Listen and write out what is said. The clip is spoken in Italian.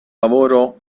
lavoro